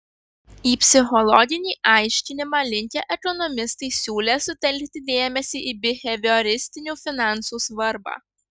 į psichologinį aiškinimą linkę ekonomistai siūlė sutelkti dėmesį į bihevioristinių finansų svarbą